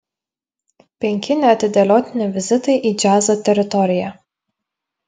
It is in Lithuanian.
penki neatidėliotini vizitai į džiazo teritoriją